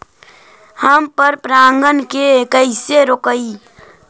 हम पर परागण के कैसे रोकिअई?